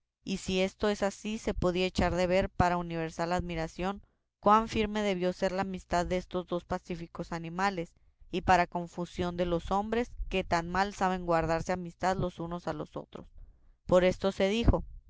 y si esto es así se podía echar de ver para universal admiración cuán firme debió ser la amistad destos dos pacíficos animales y para confusión de los hombres que tan mal saben guardarse amistad los unos a los otros por esto se dijo